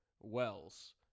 Wells